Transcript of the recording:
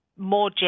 more